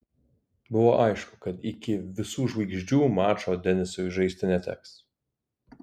buvo aišku kad iki visų žvaigždžių mačo denisui žaisti neteks